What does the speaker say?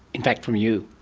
in fact from you?